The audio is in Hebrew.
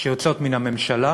שיוצאות מן הממשלה